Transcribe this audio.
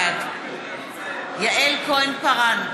בעד יעל כהן-פארן,